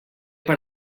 per